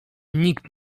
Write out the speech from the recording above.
nikt